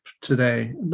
today